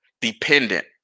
dependent